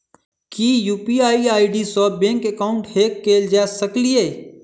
की UPI ID सऽ bank account hack कैल जा सकलिये?